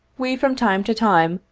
we from time to time,